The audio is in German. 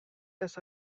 das